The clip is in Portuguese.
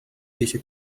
deixa